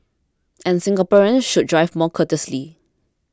and Singaporeans should drive more courteously